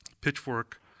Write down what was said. Pitchfork